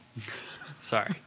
Sorry